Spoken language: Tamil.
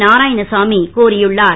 நாராயணசாமி கோரியுள்ளார்